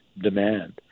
demand